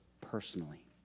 personally